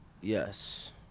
Yes